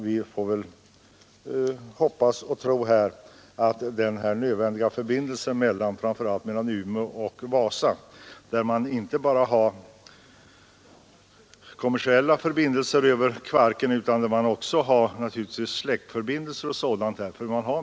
Vi får väl hoppas och tro att det blir nödvändiga förbindelser, framför allt mellan Umeå och Vasa. Det gäller inte bara kommersiella förbindelser över Kvarken utan naturligtvis också släktförbindelser m.m.